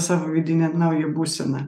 savo vidinę naują būseną